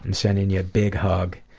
and sendin' you a big hug.